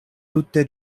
tute